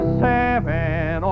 seven